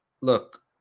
look